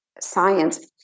science